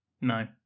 No